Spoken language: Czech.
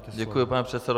Děkuji, pane předsedo.